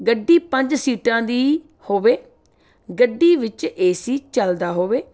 ਗੱਡੀ ਪੰਜ ਸੀਟਾਂ ਦੀ ਹੋਵੇ ਗੱਡੀ ਵਿੱਚ ਏ ਸੀ ਚੱਲਦਾ ਹੋਵੇ